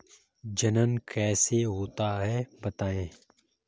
जनन कैसे होता है बताएँ?